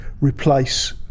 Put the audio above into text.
replace